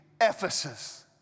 Ephesus